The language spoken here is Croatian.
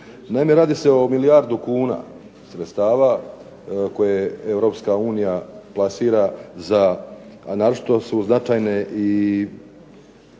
Naime radi se o milijardu kuna sredstava koje Europska unija plasira za, a naročito su značajne i